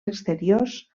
exteriors